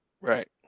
Right